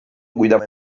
guidava